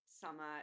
summer